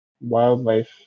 wildlife